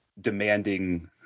demanding